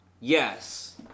Yes